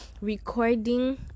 recording